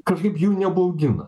kažkaip jų nebaugina